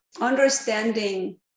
understanding